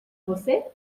você